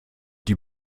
die